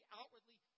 outwardly